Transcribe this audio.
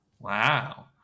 Wow